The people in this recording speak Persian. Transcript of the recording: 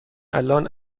الان